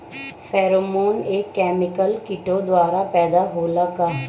Pheromone एक chemical किटो द्वारा पैदा होला का?